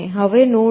હવે નોડ લો